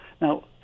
Now